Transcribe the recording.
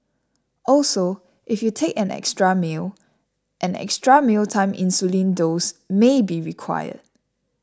also if you take an extra meal an extra mealtime insulin dose may be required